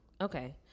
Okay